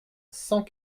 cent